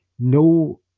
No